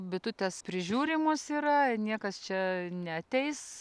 bitutės prižiūrimos yra niekas čia neateis